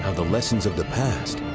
ah the lessons of the past